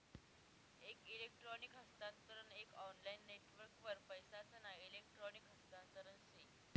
एक इलेक्ट्रॉनिक हस्तांतरण एक ऑनलाईन नेटवर्कवर पैसासना इलेक्ट्रॉनिक हस्तांतरण से